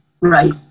right